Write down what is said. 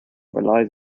relies